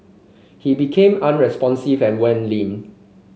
he became unresponsive and went limp